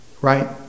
Right